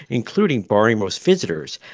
including barring most visitors.